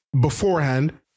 beforehand